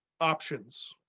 options